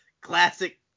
classic